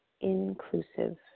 Inclusive